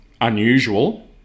unusual